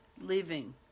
living